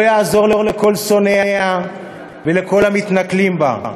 לא יעזור לכל שונאיה ולא למתנכלים לה,